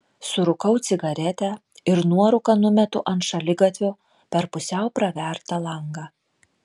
surūkau cigaretę ir nuorūką numetu ant šaligatvio per pusiau pravertą langą